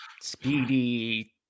speedy